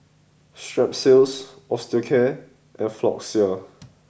Strepsils Osteocare and Floxia